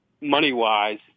money-wise